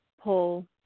pull